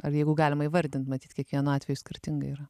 ar jeigu galima įvardint matyt kiekvienu atveju skirtingai yra